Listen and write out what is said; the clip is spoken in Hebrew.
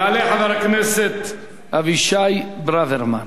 יעלה חבר הכנסת אבישי ברוורמן.